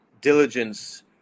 diligence